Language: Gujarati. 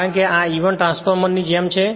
કારણ કે આ E1 ટ્રાન્સફોર્મર ની જેમ છે